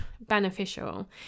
beneficial